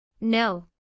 No